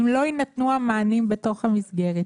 לכן אני מציע לך, אדוני: